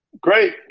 Great